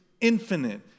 infinite